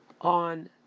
on